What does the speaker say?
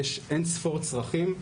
יש אין ספור צרכים,